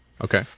Okay